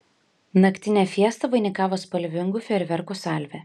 naktinę fiestą vainikavo spalvingų fejerverkų salvė